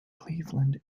cleveland